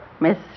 Miss